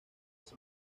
los